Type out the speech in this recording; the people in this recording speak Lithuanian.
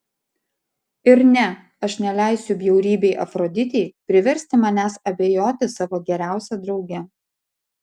ir ne aš neleisiu bjaurybei afroditei priversti manęs abejoti savo geriausia drauge